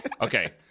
okay